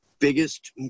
biggest